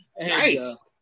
Nice